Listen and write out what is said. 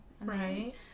Right